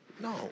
no